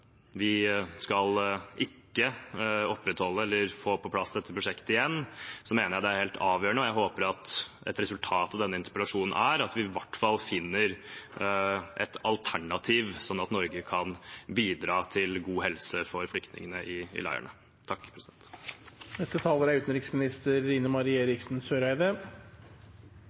helt avgjørende. Jeg håpet et resultat av denne interpellasjonen er at vi i hvert fall finner et alternativ, sånn at Norge kan bidra til god helse for flyktningene i leirene. Først vil jeg få si takk